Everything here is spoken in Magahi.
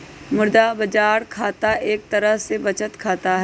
मुद्रा बाजार खाता एक तरह के बचत खाता हई